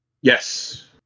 Yes